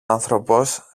άνθρωπος